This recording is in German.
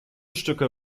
stücke